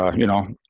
ah you know,